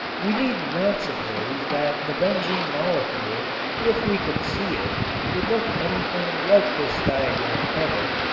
we need not suppose that the benzene molecule if we could see it would look anything like this diagram of it,